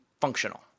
functional